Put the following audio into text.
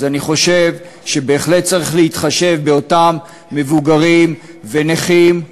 אז אני חושב שבהחלט צריך להתחשב באותם מבוגרים ונכים.